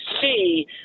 see